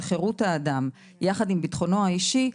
חירות האדם יחד עם ביטחונו האישי,